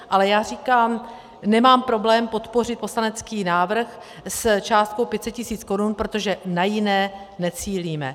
Ale já říkám, nemám problém podpořit poslanecký návrh s částkou 500 tisíc korun, protože na jiné necílíme.